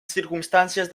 circumstàncies